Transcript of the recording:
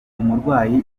umurwayi